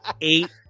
eight